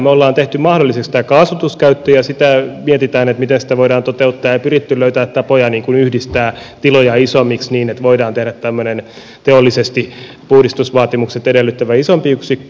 me olemme tehneet mahdolliseksi tämän kaasutuskäytön ja sitä mietitään miten sitä voidaan toteuttaa ja on pyritty löytämään tapoja yhdistää tiloja isommiksi niin että voidaan tehdä tämmöinen teolliset puhdistusvaatimukset edellyttävä isompi yksikkö